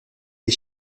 des